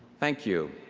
thank you.